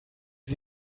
sie